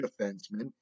defenseman